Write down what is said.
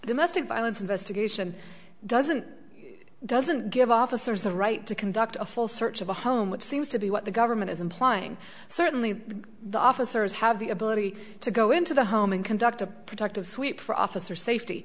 domestic violence investigation doesn't doesn't give officers the right to conduct a full search of a home which seems to be what the government is implying certainly the officers have the ability to go into the home and conduct a protective sweep for officer safety